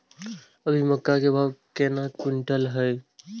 अभी मक्का के भाव केना क्विंटल हय?